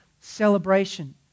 celebration